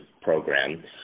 program